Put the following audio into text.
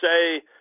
say